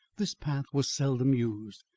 this path was seldom used,